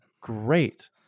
Great